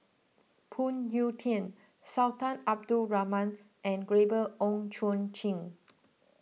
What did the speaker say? Phoon Yew Tien Sultan Abdul Rahman and Gabriel Oon Chong Jin